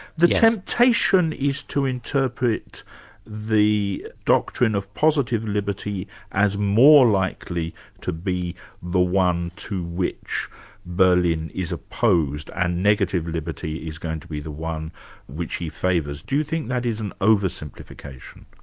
the temptation is to interpret the doctrine of positive liberty as more likely to be the one to which berlin is opposed, and negative liberty is going to be the one which he favours. do you think that is an oversimplification?